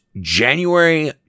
January